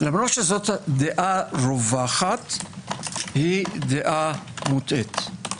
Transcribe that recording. למרות שזו דעה רווחת, היא דעה מוטעית.